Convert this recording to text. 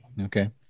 Okay